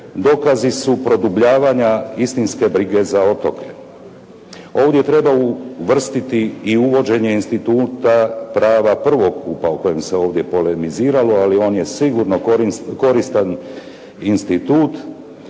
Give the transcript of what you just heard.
dokazi su produbljavanja istinske brige za otoke. Ovdje treba uvrstiti i uvođenje instituta prava prvokupa o kojem se ovdje polemiziralo, ali on je sigurno koristan institut